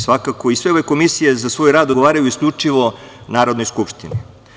Sve ove komisije za svoj rad odgovaraju isključivo Narodnoj skupštini.